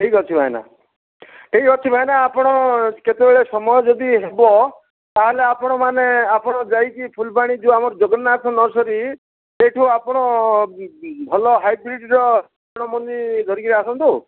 ଠିକ୍ ଅଛି ଭାଇନା ଠିକ୍ ଅଛି ଭାଇନା ଆପଣ କେତେ ବେଳେ ସମୟ ଯଦି ହେବ ତାହେଲେ ଆପଣ ମାନେ ଆପଣ ଯାଇକି ଫୁଲବାଣୀ ଯେଉଁ ଆମର ଜଗନ୍ନାଥ ନର୍ସରି ସେଇଠୁ ଆପଣ ଭଲ ହାଇବ୍ରିଡର ବାଇଗଣ ମଞ୍ଜି ଧରିକି ଆସନ୍ତୁ